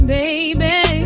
baby